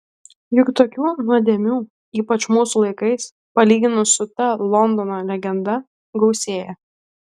juk tokių nuodėmių ypač mūsų laikais palyginus su ta londono legenda gausėja